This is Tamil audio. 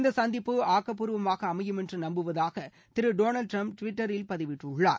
இந்த சந்திப்பு ஆக்கப்பூர்வமாக அமையும் என்று நம்புவதாக திரு டொனால்டு டிரம்ப் டிவிட்டரில் பதிவிட்டுள்ளார்